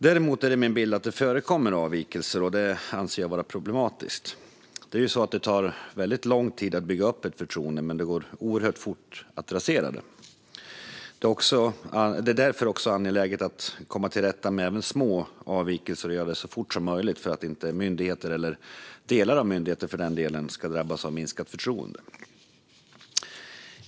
Däremot är det min bild att det förekommer avvikelser, och det anser jag vara problematiskt. Det tar lång tid att bygga upp ett förtroende, men det går oerhört fort att rasera det. Det är därför angeläget att komma till rätta med även små avvikelser och att göra det så fort som möjligt för att inte myndigheter, eller delar av myndigheter för den delen, ska drabbas av minskat förtroende.